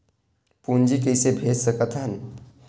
पूंजी कइसे भेज सकत हन?